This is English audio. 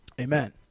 Amen